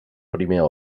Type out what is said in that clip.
primer